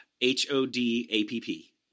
H-O-D-A-P-P